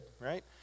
right